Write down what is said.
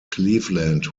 cleveland